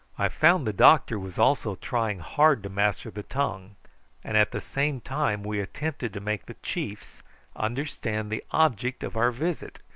i found the doctor was also trying hard to master the tongue and at the same time we attempted to make the chiefs understand the object of our visit,